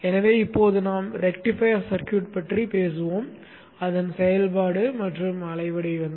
எனவே இப்போது நாம் ரெக்டிஃபையர் சர்க்யூட் பற்றி பேசுவோம் அதன் செயல்பாடு மற்றும் அலை வடிவங்கள்